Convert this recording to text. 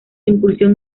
incursión